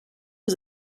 was